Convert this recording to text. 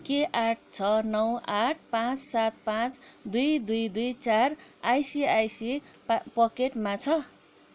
के आठ छ नौ आठ पाँच सात पाँच दुई दुई दुई चार आइसी आइसी पकेटमा छ